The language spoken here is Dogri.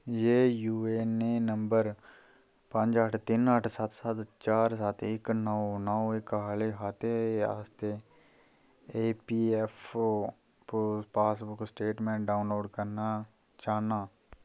यह यू ए एन नंबर पंज अट्ठ तिन्न अट्ठ सत्त सत्त चार सत्त इक नौ नौ इक आह्ले खाते आस्तै A P F O passbook statement download करना चाह्न्नां